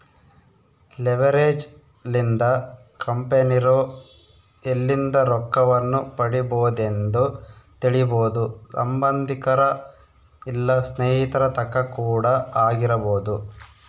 leverage ಲಿಂದ ಕಂಪೆನಿರೊ ಎಲ್ಲಿಂದ ರೊಕ್ಕವನ್ನು ಪಡಿಬೊದೆಂದು ತಿಳಿಬೊದು ಸಂಬಂದಿಕರ ಇಲ್ಲ ಸ್ನೇಹಿತರ ತಕ ಕೂಡ ಆಗಿರಬೊದು